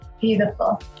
Beautiful